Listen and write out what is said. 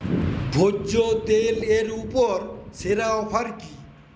ভোজ্য তেল এর ওপর সেরা অফার কি